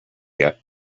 yet